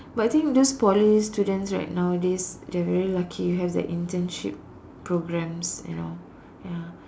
but I think this Poly students right nowadays they are very lucky they have their internship programs you know ya